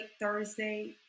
Thursday